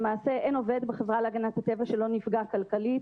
למעשה, אין עובד בחברה להגנת הטבע שלא נפגע כלכלית